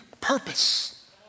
purpose